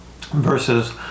versus